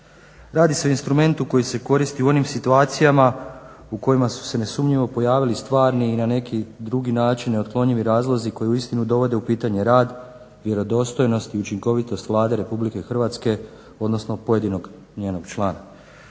Radi se o instrumentu koji se koristi u onim situacijama u kojima su se nesumnjivo pojavili stvarni i na neki drugi način neotklonjivi razlozi koji uistinu dovode u pitanje rad, vjerodostojnost i učinkovitost Vlade Republike Hrvatske, odnosno pojedinog njenog člana.